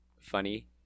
funny